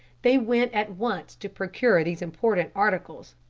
they went at once to procure these important articles.